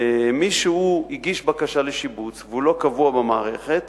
מי שהגיש בקשה לשיבוץ והוא לא קבוע במערכת,